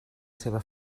seva